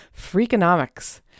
Freakonomics